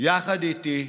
יחד איתי,